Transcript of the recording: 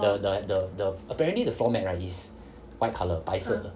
the the the the apparently right the floor mat is like white colour 白色的